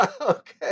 Okay